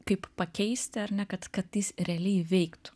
kaip pakeisti ar ne kad kad jis realiai veiktų